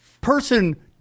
person